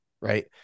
right